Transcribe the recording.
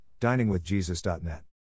DiningWithJesus.net